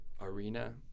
arena